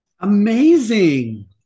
amazing